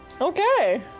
Okay